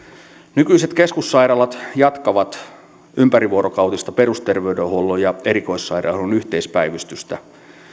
nykyiset keskussairaalat jatkavat ympärivuorokautista perusterveydenhuollon ja erikoissairaanhoidon yhteispäivystystä